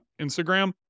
Instagram